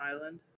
Island